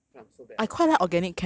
feel like I'm so bad at organic chem